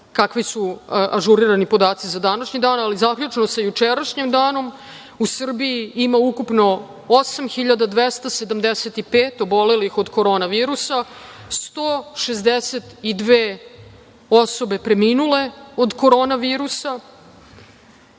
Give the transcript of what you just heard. kakvi su ažurirani podaci za današnji dan, ali zaključno sa jučerašnjim danom, u Srbiji ima ukupno 8.275 obolelih od Korona virusa, 162 osobe preminule od Korona virusa,